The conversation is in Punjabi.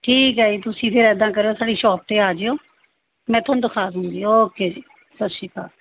ਠੀਕ ਹੈ ਜੀ ਤੁਸੀਂ ਫਿਰ ਇੱਦਾਂ ਕਰਿਓ ਸਾਡੀ ਸ਼ੋਪ 'ਤੇ ਆ ਜਿਓ ਮੈਂ ਤੁਹਾਨੂੰ ਦਿਖਾ ਦੂੰਗੀ ਓਕੇ ਜੀ ਸਤਿ ਸ਼੍ਰੀ ਅਕਾਲ